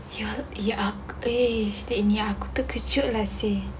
ya ya aku play state in ya aku terkejut lah seh